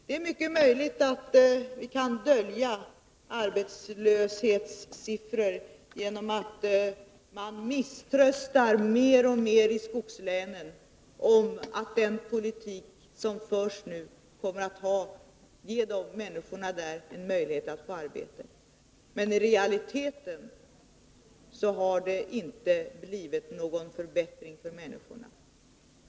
Det är mycket möjligt att vi kan dölja de verkliga arbetslöshetstalen genom att man i skogslänen misströstar mer och mer om att den politik som nu förs kommer att ge människorna där en chans till arbete. I realiteten ger detta inte någon förbättring för människorna.